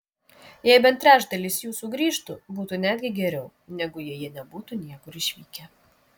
jei bent trečdalis jų sugrįžtų būtų netgi geriau negu jei jie nebūtų niekur išvykę